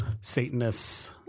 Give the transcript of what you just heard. Satanists